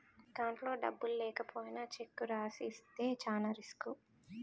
అకౌంట్లో డబ్బులు లేకపోయినా చెక్కు రాసి ఇస్తే చానా రిసుకు